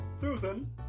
Susan